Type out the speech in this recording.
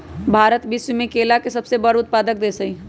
भारत विश्व में केला के सबसे बड़ उत्पादक देश हई